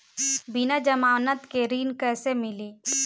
बिना जमानत के ऋण कैसे मिली?